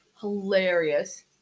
hilarious